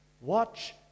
watch